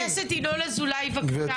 חבר הכנסת ינון אזולאי, בבקשה.